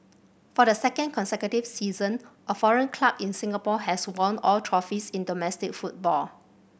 for the second consecutive season a foreign club in Singapore has won all trophies in domestic football